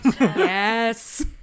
Yes